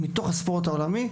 מתוך הספורט העולמי,